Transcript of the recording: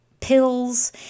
pills